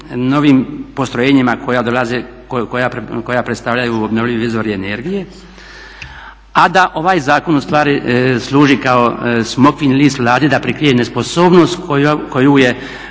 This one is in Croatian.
novim postrojenjima koja dolaze, koja predstavljaju obnovljive izvore energije a da ovaj zakon ustvari služi kao smokvin list Vladi da prekrije nesposobnost koju je